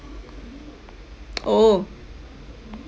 oh